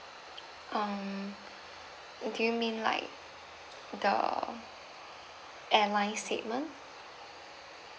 um do you mean like the airline statement